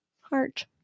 heart